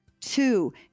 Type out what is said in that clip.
Two